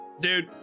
Dude